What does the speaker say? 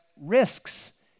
risks